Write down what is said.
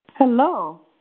Hello